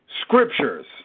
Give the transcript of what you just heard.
Scriptures